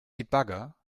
debugger